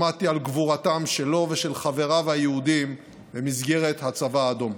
שמעתי על הגבורה שלו ושל חבריו היהודים במסגרת הצבא האדום.